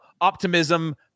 optimism